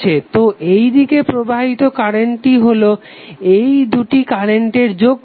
তো এইদিকে প্রবাহিত কারেন্টটি হলো এইদুটি কারেন্টের যোগফল